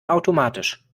automatisch